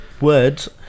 words